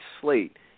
slate